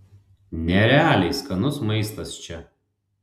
nerealiai skanus maistas čia